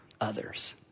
others